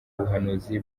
ubuhanuzi